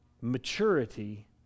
maturity